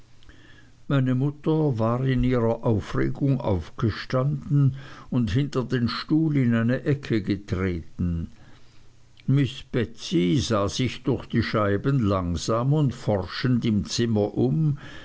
meine mutter war in ihrer aufregung aufgestanden und hinter den stuhl in eine ecke getreten miß betsey sah sich durch die scheiben langsam und forschend im zimmer um